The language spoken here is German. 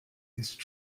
ist